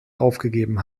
aufgegeben